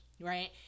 right